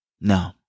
No